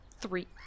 Three